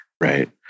Right